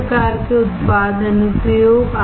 किस प्रकार के उत्पाद अनुप्रयोग